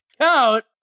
count